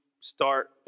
start